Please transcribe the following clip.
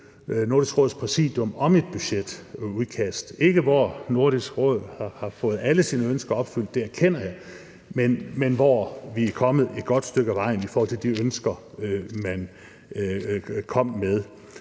Nordisk Råds præsidium om et budgetudkast – ikke hvor Nordisk Råd har fået alle sine ønsker opfyldt, det erkender jeg, men hvor vi er kommet et godt stykke ad vejen i forhold til de ønsker, man kom med.